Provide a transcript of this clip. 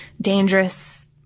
dangerous